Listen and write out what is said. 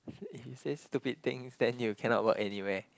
if you say stupid things then you cannot work anywhere